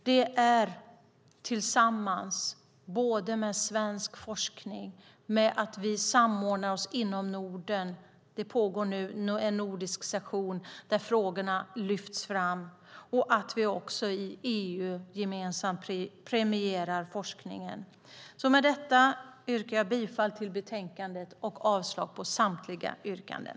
Det är också angeläget att vi samordnar den svenska forskningen med forskningen i Norden - det pågår nu en nordisk session där frågorna lyfts fram - och att vi i EU gemensamt premierar forskningen. Med detta yrkar jag bifall till förslaget i betänkandet och avslag på samtliga yrkanden.